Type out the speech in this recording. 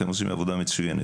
אתם עושים עבודה מצוינת.